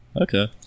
Okay